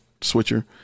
switcher